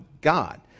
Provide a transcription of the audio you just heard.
God